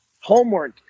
Homework